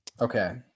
okay